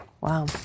Wow